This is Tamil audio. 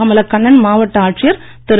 கமலக்கண்ணன் மாவட்ட ஆட்சியர் திரு